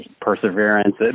perseverance